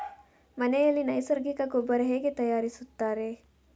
ಮನೆಯಲ್ಲಿ ನೈಸರ್ಗಿಕ ಗೊಬ್ಬರ ಹೇಗೆ ತಯಾರಿಸುತ್ತಾರೆ?